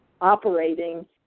operating